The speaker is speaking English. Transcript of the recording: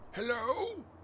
Hello